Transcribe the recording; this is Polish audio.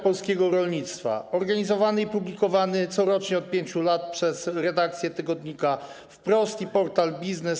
Polskiego Rolnictwa, organizowanego i publikowanego corocznie od 5 lat przez redakcję tygodnika „Wprost” i portal Wprost Biznes.